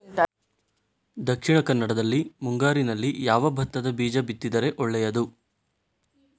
ದಕ್ಷಿಣ ಕನ್ನಡದಲ್ಲಿ ಮುಂಗಾರಿನಲ್ಲಿ ಯಾವ ಭತ್ತದ ಬೀಜ ಬಿತ್ತಿದರೆ ಒಳ್ಳೆಯದು?